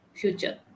future